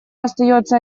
остается